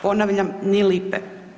Ponavljam ni lipe.